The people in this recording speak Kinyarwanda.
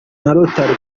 rotary